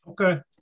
Okay